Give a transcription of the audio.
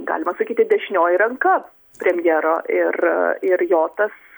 galima sakyti dešinioji ranka premjero ir ir jo tas